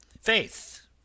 Faith